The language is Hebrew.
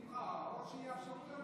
שמחה, או שיאפשרו לנו